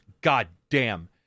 goddamn